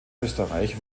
österreich